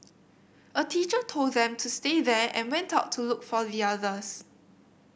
a teacher told them to stay there and went out to look for the others